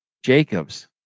Jacobs